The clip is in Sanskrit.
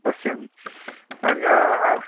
पश्यामि अन्य